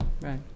Right